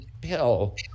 pill